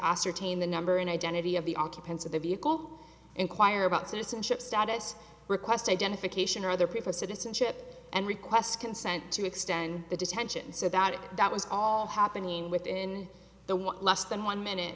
ascertain the number and identity of the occupants of the vehicle inquire about citizenship status request identification or other people's citizenship and request consent to extend the detention so that it was all happening within the one less than one minute